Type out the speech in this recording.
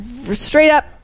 straight-up